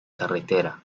carretera